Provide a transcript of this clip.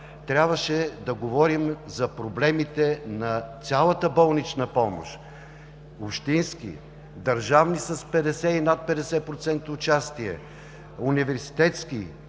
трябваше да говорим за проблемите на цялата болнична помощ – общински, държавни с 50 и над 50% участие, университетски